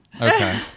Okay